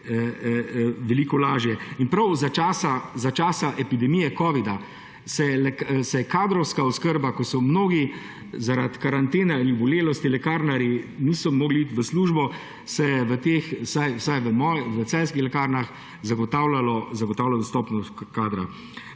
veliko lažje. In prav za časa epidemije covida se je kadrovska oskrba, ko mnogi lekarnarji zaradi karantene ali obolelosti niso mogli iti v službo, se je v teh, vsaj v moji, v Celjskih lekarnah, zagotavljala dostopnost kadra.